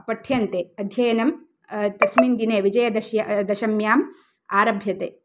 पठ्यन्ते अध्ययनं तस्मिन् दिने विजयदश्य विजयादशम्याम् आरभ्यते